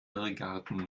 irrgarten